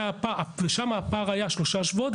שם הפער היה שלושה שבועות,